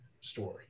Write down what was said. story